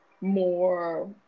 more